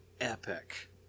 epic